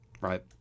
right